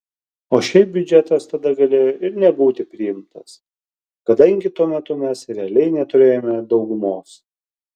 o šiaip biudžetas tada galėjo ir nebūti priimtas kadangi tuo metu mes realiai neturėjome daugumos